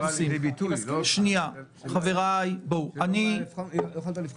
חבריי ------ לא יכולת לבחון?